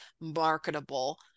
marketable